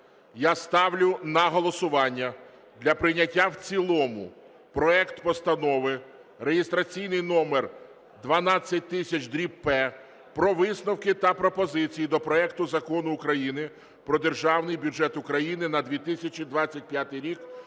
я ставлю на голосування для прийняття в цілому проект Постанови (реєстраційний номер 12000/П) про висновки та пропозиції до проекту Закону України про Державний бюджет України на 2025 рік